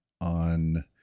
on